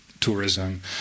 tourism